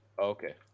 Okay